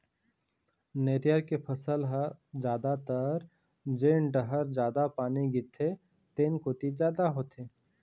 नरियर के फसल ह जादातर जेन डहर जादा पानी गिरथे तेन कोती जादा होथे